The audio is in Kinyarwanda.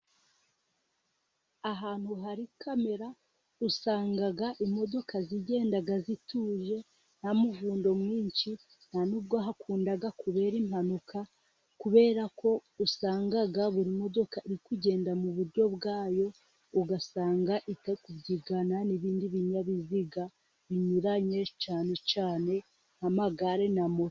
Ahantu hari kamera usanga imodoka zagenda zitujye nta muvundo mwinshi nta n'ubwo hakunda kubera impanuka, kubera ko usanga buri modoka iri kugenda mu buryo bwayo, ugasanga itari kubyigana n'ibindi binyabiziga binyuranye cyane cyane amagare na moto.